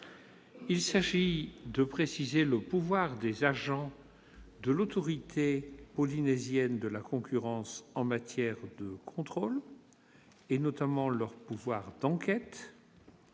il s'agit de préciser le pouvoir des agents de l'autorité polynésienne de la concurrence en matière de contrôle, notamment leur pouvoir d'enquête